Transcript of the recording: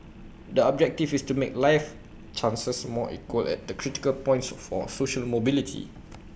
the objective is to make life chances more equal at the critical points for social mobility